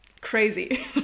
crazy